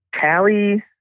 Tally